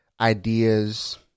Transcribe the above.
ideas